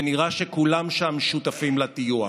ונראה שכולם שם שותפים לטיוח.